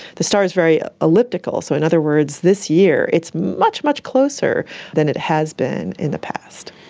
the star is very elliptical. so, in other words, this year it's much, much closer than it has been in the past.